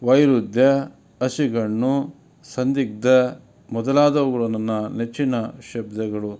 ವೈರುಧ್ಯ ಹಸಿಗಣ್ಣು ಸಂದಿಗ್ದ ಮೊದಲಾದವುಗಳು ನನ್ನ ನೆಚ್ಚಿನ ಶಬ್ದಗಳು